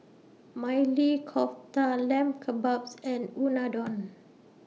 Maili Kofta Lamb Kebabs and Unadon